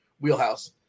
wheelhouse